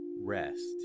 rest